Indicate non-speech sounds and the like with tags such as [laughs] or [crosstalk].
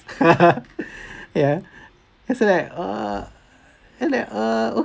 [laughs] ya I was like orh and like orh